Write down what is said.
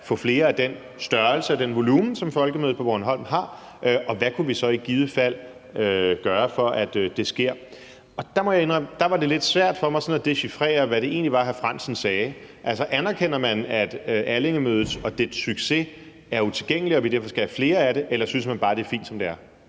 møder af den størrelse og den volumen, som Folkemødet på Bornholm har, og hvad vi så i givet fald kunne gøre, for at det sker. Der må jeg indrømme, at det var lidt svært for mig sådan at dechifrere, hvad det egentlig var, hr. Henrik Frandsen sagde, altså om man anerkender, at Allingemødet og dets succes er utilgængeligt, og at vi derfor skal have flere som det, eller om man bare synes, det er fint, som det er.